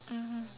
mmhmm